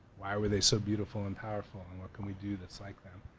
why were they so beautiful and powerful? and what can we do that's like them?